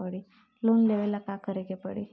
Loan लेबे ला का करे के पड़ी?